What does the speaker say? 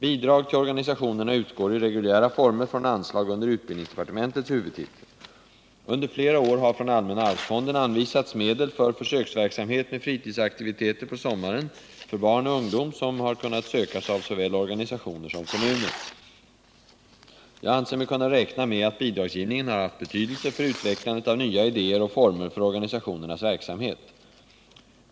Bidrag till organisationerna utgår i reguljära former från anslag under utbildningsdepartementets huvudtitel. Under flera år har från allmänna arvsfonden anvisats medel för försöksverksamhet med fritidsaktiviteter på sommaren för barn och ungdom som kunnat sökas av såväl organisationer som kommuner. Jag anser mig kunna räkna med att bidragsgivningen haft betydelse för utvecklandet av nya idéer och former för organisationernas verksamhet.